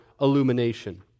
illumination